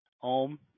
Om